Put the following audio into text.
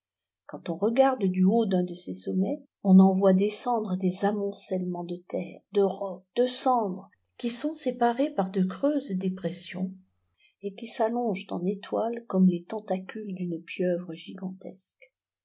quand on regarde du haut d'un de ces sommets on en voit descendre des amoncellements de terre de rocs de cendres qui sont séparés par de creuses dépressions et qui s'allongent en étoile comme les tentacules d'une pieuvre gigantesque